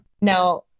Now